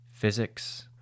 physics